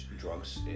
drugs